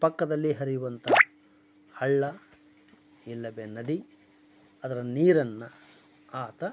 ಪಕ್ಕದಲ್ಲಿ ಹರಿಯುವಂಥ ಹಳ್ಳ ಇಲ್ಲವೇ ನದಿ ಅದರ ನೀರನ್ನು ಆತ